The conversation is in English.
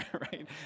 right